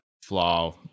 flaw